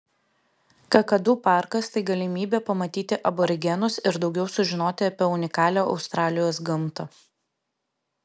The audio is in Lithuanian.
kakadu parkas tai galimybė pamatyti aborigenus ir daugiau sužinoti apie unikalią australijos gamtą